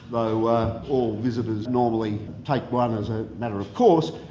though all visitors normally take one as a matter of course,